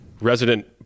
resident